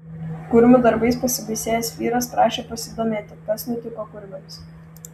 kurmių darbais pasibaisėjęs vyras prašė pasidomėti kas nutiko kurmiams